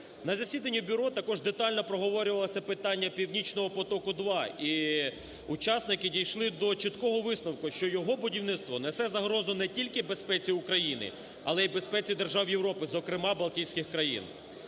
На засіданні Бюро також детально проговорювалося питання "Північного потоку-2", і учасники дійшли до чіткого висновку, що його будівництво несе загрозу не тільки безпеці України, але і безпеці держав Європи, зокрема Балтійських країн.